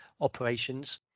operations